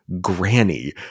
Granny